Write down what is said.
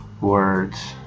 words